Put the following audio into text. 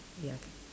ya